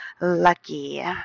lucky